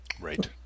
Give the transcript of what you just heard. Right